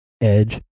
edge